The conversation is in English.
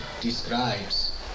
describes